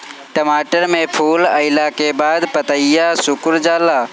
टमाटर में फूल अईला के बाद पतईया सुकुर जाले?